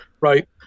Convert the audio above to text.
Right